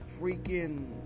freaking